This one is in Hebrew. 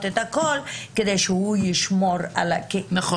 את הכול כדי שהוא ישמור --- נכון.